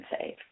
save